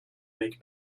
make